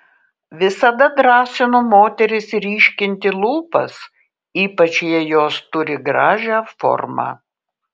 visada drąsinu moteris ryškinti lūpas ypač jei jos turi gražią formą